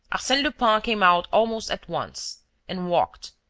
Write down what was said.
arsene lupin came out almost at once and walked,